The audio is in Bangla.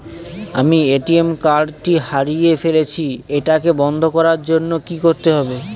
আমি এ.টি.এম কার্ড টি হারিয়ে ফেলেছি এটাকে বন্ধ করার জন্য কি করতে হবে?